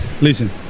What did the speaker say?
listen